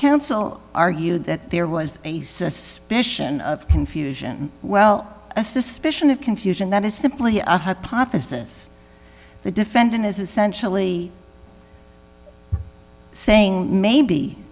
counsel argued that there was a suspicion of confusion well a suspicion of confusion that is simply a hypothesis the defendant is essentially saying maybe